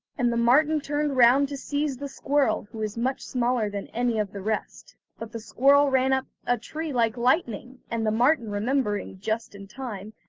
and the marten turned round to seize the squirrel who was much smaller than any of the rest. but the squirrel ran up a tree like lightning, and the marten remembering, just in time,